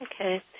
Okay